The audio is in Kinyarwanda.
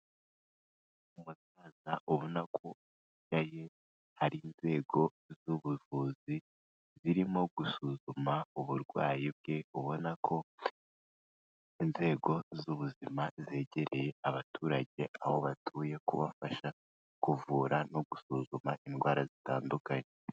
Umusaza ubona ko arwaye, hari inzego z'ubuvuzi zirimo gusuzuma uburwayi bwe, ubona ko inzego z'ubuzima zegereye abaturage aho batuye, kubafasha kuvura no gusuzuma indwara zitandukanye.